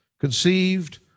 conceived